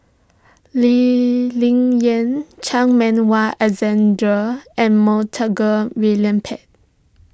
Lee Ling Yen Chan Meng Wah Alexander and Montague William Pett